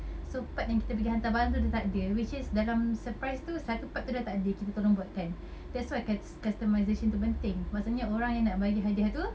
so part yang kita pergi hantar barang tu dah tak ada which is dalam surprise tu satu part tu dah tak ada kita tolong buatkan that's why cust~ customisation tu penting maksudnya orang yang nak bagi hadiah tu